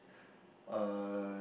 uh